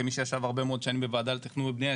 כמי שישב הרבה שנים בוועדת התכנון והבנייה,